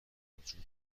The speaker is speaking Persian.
موجود